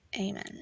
amen